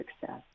success